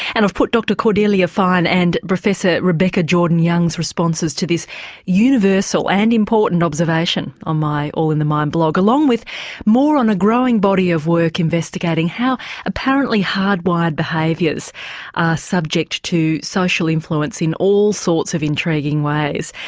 and i've put dr cordelia fine and professor rebecca jordan-young's responses to this universal and important observation on my all in the mind blog. along with more on a growing body of work investigating how apparently hard-wired behaviours are subject to social influence in all sorts of intriguing ways.